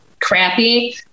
crappy